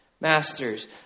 Masters